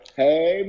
hey